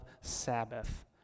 sabbath